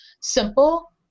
simple